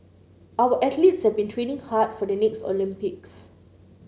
our athletes have been training hard for the next Olympics